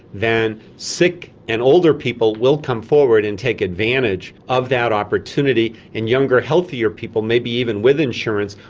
then sick and older people will come forward and take advantage of that opportunity, and younger healthier people, maybe even with insurance,